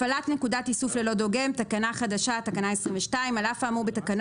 מקריאה: הוספת תקנה 22 10. אחרי תקנה